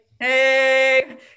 Hey